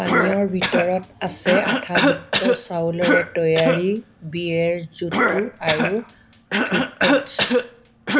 পানীয়ৰ ভিতৰত আছে আঠাযুক্ত চাউলেৰে তৈয়াৰী বিয়েৰ জুথো আৰু থুটেছ্